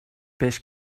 peix